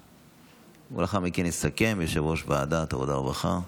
ולאחר מכן יסכם יושב-ראש ועדת העבודה והרווחה.